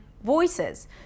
voices